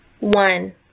One